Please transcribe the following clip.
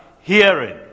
hearing